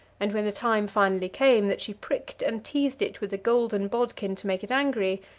and when the time finally came, that she pricked and teased it with a golden bodkin to make it angry,